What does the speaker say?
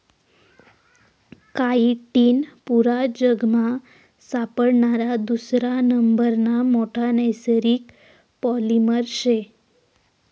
chitin पुरा जगमा सापडणारा दुसरा नंबरना मोठा नैसर्गिक पॉलिमर शे